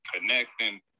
connecting